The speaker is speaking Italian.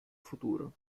futuro